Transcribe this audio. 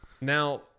Now